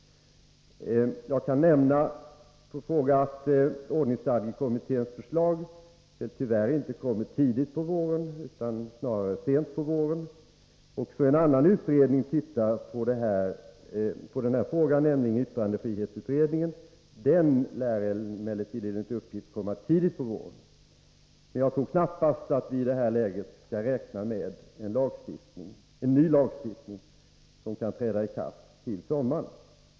Jag kan nämna att ordningsstadgekommitténs förslag tyvärr inte kommer tidigt på våren, utan snarare sent på våren. Också en annan utredning ser på den här frågan, nämligen yttrandefrihetsutredningen. Den lär emellertid, enligt uppgift, komma med sitt betänkande tidigt på våren. Jag tror knappäst att vii det här läget skall räkna med en ny lagstiftning som kan träda i kraft till sommaren.